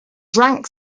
drank